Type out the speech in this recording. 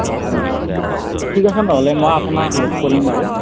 অ হয় নেকি ঠিক আছে নহ'লে মই আপোনাক লগ কৰিম বাৰু